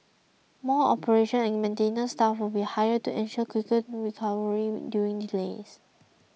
more operations and maintenance staff will be hired to ensure quicker recovery during delays